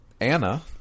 Anna